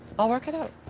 i'll work it out.